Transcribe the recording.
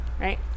right